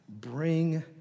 Bring